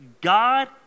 God